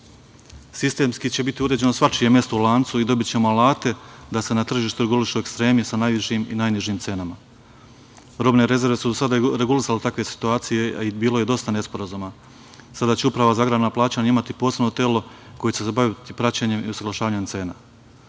naplati. Sistemski će biti uređeno svačije mesto u lancu i dobićemo alate da se na tržištu regulišu ekstremi sa najvišim i najnižim cenama. Robne rezerve su do sada regulisale takve situacija, a i bilo je dosta nesporazuma. Sada će Uprava za agrarna plaćanja imati posebno telo koje će se baviti praćenjem i usaglašavanjem cena.U